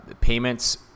payments